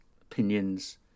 opinions